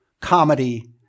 comedy